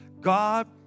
God